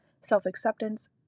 self-acceptance